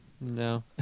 No